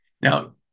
Now